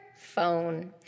phone